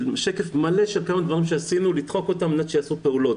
שקף מלא של כל הדברים שעשינו לדחוף אותם על מנת שיעשו פעולות.